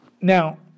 Now